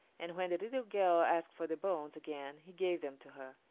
and when the little girl asked for the bones again he gave them to her.